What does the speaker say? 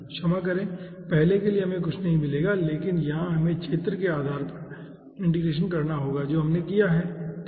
क्षमा करें पहले के लिए हमें कुछ नहीं मिलेगा लेकिन यहां हमें क्षेत्र के आधार पर इंटीग्रेशन करना होगा जो हमने किया है ठीक है